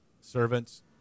servants